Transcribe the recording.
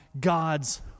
God's